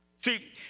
See